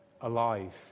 alive